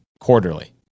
Quarterly